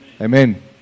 Amen